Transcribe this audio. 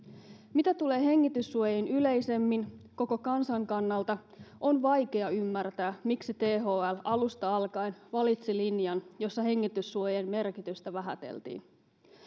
mitä tulee hengityssuojiin yleisemmin koko kansan kannalta on vaikea ymmärtää miksi thl alusta alkaen valitsi linjan jossa hengityssuojien merkitystä vähäteltiin